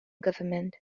government